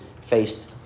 faced